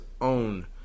own